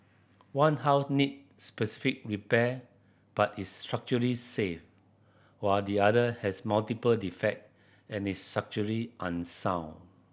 one house needs specific repair but is structurally safe while the other has multiple defect and is structurally unsound